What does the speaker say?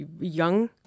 young